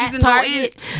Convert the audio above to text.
target